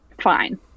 Fine